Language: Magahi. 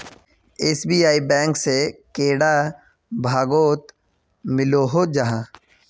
एस.बी.आई बैंक से कैडा भागोत मिलोहो जाहा?